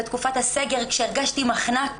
בתקופת הסגר כשהרגשתי מחנק